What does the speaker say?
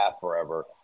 forever